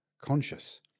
conscious